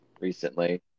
recently